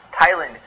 Thailand